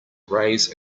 raise